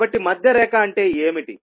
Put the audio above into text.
కాబట్టి మధ్య రేఖ అంటే ఏమిటి